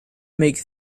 make